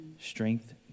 strength